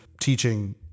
teaching